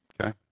Okay